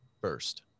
First